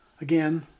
Again